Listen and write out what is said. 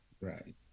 Right